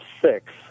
six